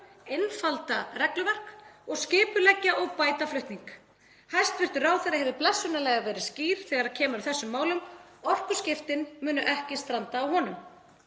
einfalda regluverk og skipuleggja og bæta flutning. Hæstv. ráðherra hefur blessunarlega verið skýr þegar kemur að þessum málum. Orkuskiptin munu ekki stranda á honum.